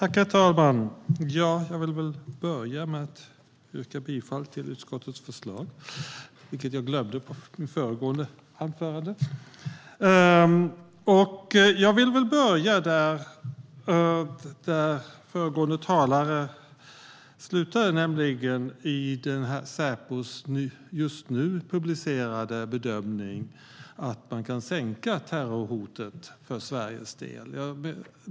Herr talman! Jag vill börja med att yrka bifall till utskottets förslag, något som jag glömde att göra i mitt föregående anförande. Jag vill börja där föregående talare slutade, nämligen i Säpos just nu publicerade bedömning att man kan sänka terrorhotnivån för Sveriges del.